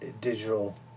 digital